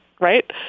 right